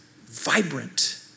vibrant